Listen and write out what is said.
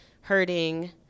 hurting